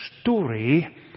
story